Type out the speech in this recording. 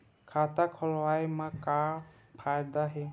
खाता खोलवाए मा का फायदा हे